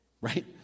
right